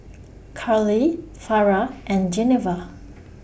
Karlee Farrah and Geneva